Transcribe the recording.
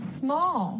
small